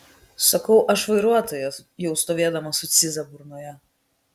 sakau aš vairuotojas jau stovėdamas su cyza burnoje